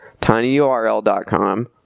tinyurl.com